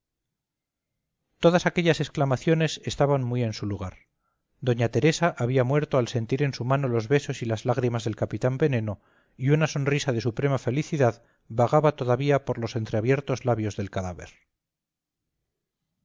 todas aquellas exclamaciones estaban muy en su lugar doña teresa había muerto al sentir en su mano los besos y las lágrimas del capitán veneno y una sonrisa de suprema felicidad vagaba todavía por los entreabiertos labios del cadáver